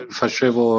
facevo